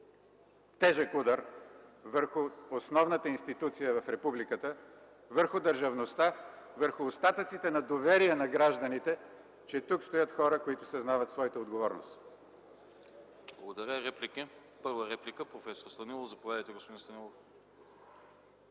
тежък удар върху основната институция в републиката, върху държавността, върху остатъците на доверие на гражданите – че тук стоят хора, които съзнават своите отговорности! ПРЕДСЕДАТЕЛ АНАСТАС АНАСТАСОВ: Благодаря. Реплики? Първа реплика – проф. Станилов. Заповядайте, господин Станилов.